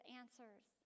answers